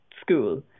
school